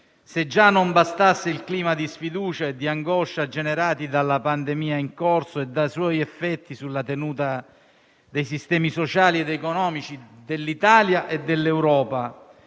se già non bastasse il clima di sfiducia e di angoscia generati dalla pandemia in corso e dai suoi effetti sulla tenuta dei sistemi sociali ed economici dell'Italia e dell'Europa,